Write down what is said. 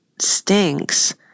stinks